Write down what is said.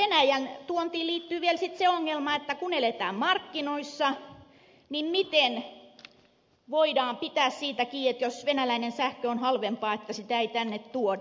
venäjän tuontiin liittyy vielä sitten se ongelma että kun eletään markkinoissa niin miten voidaan pitää siitä kiinni että jos venäläinen sähkö on halvempaa niin sitä ei tänne tuoda